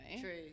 True